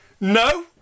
No